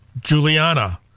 Juliana